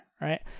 right